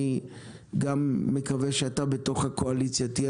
אני מקווה שגם אתה בתוך הקואליציה תהיה